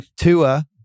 Tua